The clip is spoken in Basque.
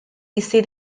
bizi